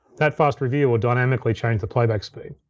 that fast review will dynamically change the playback speed.